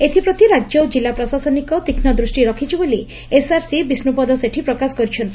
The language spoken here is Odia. ଏଥିପ୍ରତି ରାକ୍ୟ ଓ କିଲ୍ଲା ପ୍ରଶାସିନର ତୀକ୍ଷ୍ ଦୂଷ୍ଟି ରହିଛି ବୋଲି ଏସଆରସି ବିଷ୍ତ୍ରପଦ ସେଠୀ ପ୍ରକାଶ କରିଛନ୍ତି